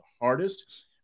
hardest